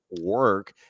work